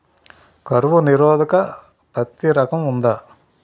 కరువు నిరోధక పత్తి రకం ఉందా?